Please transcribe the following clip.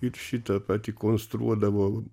ir šitą patį konstruodavo